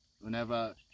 Whenever